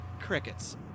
crickets